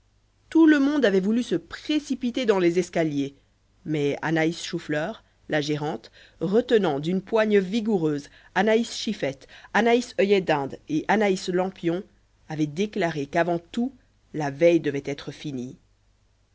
tout le monde avait voulu se précipiter dans les escaliers mais anaïs choufleur la gérante retenant d'une poigne vigoureuse anaïs chiffette anaïs oeillet d'inde et anaïs lampion avait déclaré qu'avant tout la veille devait être finie